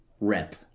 rep